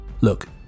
Look